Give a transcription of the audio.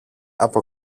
από